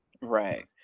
right